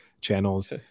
Channels